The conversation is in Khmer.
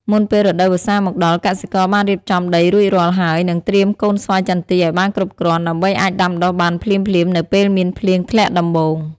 មុនពេលរដូវវស្សាមកដល់ កសិករបានរៀបចំដីរួចរាល់ហើយ និងត្រៀមកូនស្វាយចន្ទីឱ្យបានគ្រប់គ្រាន់ ដើម្បីអាចដាំដុះបានភ្លាមៗនៅពេលមានភ្លៀងធ្លាក់ដំបូង។